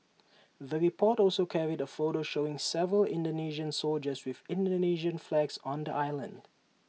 the report also carried A photo showing several Indonesian soldiers with Indonesian flags on the island